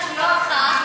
חברת כנסת מסוימת.